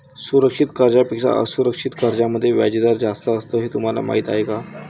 सुरक्षित कर्जांपेक्षा असुरक्षित कर्जांमध्ये व्याजदर जास्त असतो हे तुम्हाला माहीत आहे का?